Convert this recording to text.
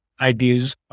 ideas